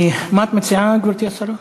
מה את מציעה, גברתי השרה?